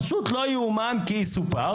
פשוט לא יאומן כי יסופר,